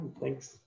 Thanks